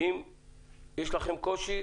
ואם יש לכם קושי,